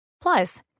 Plus